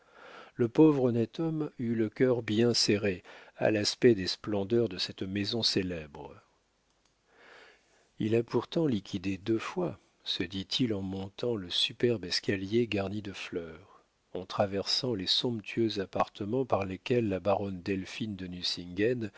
le pauvre honnête homme eut le cœur bien serré à l'aspect des splendeurs de cette maison célèbre il a pourtant liquidé deux fois se dit-il en montant le superbe escalier garni de fleurs en traversant les somptueux appartements par lesquels la baronne delphine de